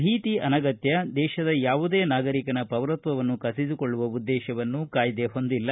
ಭೀತಿ ಅನಗತ್ತ ದೇತದ ಯಾವುದೇ ನಾಗರಿಕನ ಪೌರತ್ವವನ್ನು ಕಸಿದುಕೊಳ್ಳುವ ಉದ್ದೇಶವನ್ನು ಕಾಯ್ದೆ ಹೊಂದಿಲ್ಲ